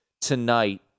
tonight